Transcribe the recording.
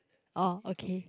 oh okay